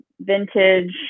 vintage